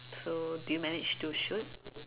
so do you manage to shoot